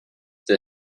the